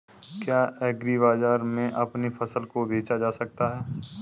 क्या एग्रीबाजार में अपनी फसल को बेचा जा सकता है?